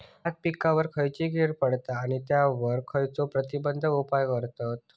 भात पिकांवर खैयची कीड पडता आणि त्यावर खैयचे प्रतिबंधक उपाय करतत?